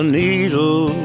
needle